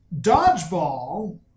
Dodgeball